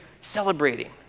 celebrating